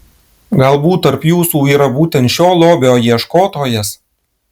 galbūt tarp jūsų yra būtent šio lobio ieškotojas